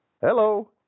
Hello